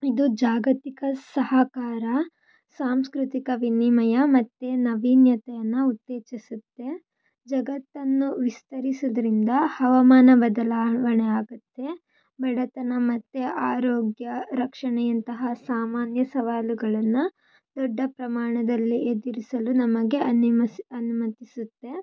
ಇದು ಜಾಗತಿಕ ಸಹಕಾರ ಸಾಂಸ್ಕೃತಿಕ ವಿನಿಮಯ ಮತ್ತು ನಾವೀನ್ಯತೆಯನ್ನು ಉತ್ತೇಜಿಸುತ್ತೆ ಜಗತ್ತನ್ನು ವಿಸ್ತರಿಸೋದ್ರಿಂದ ಹವಾಮಾನ ಬದಲಾವಣೆ ಆಗುತ್ತೆ ಬಡತನ ಮತ್ತು ಆರೋಗ್ಯ ರಕ್ಷಣೆಯಂತಹ ಸಾಮಾನ್ಯ ಸವಾಲುಗಳನ್ನು ದೊಡ್ಡ ಪ್ರಮಾಣದಲ್ಲಿ ಎದುರಿಸಲು ನಮಗೆ ಅನಿಮಸಿ ಅನುಮತಿಸುತ್ತೆ